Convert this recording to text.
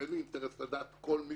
ואין לי אינטרס לדעת כל מה